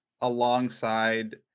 alongside